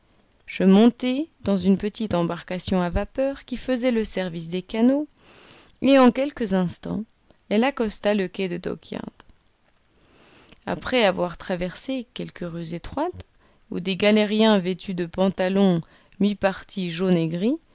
je montai dans une petite embarcation à vapeur qui faisait le service des canaux et en quelques instants elle accosta le quai de dock yard après avoir traversé quelques rues étroites où des galériens vêtus de pantalons mi-partie jaunes et gris